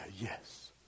yes